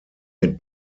mit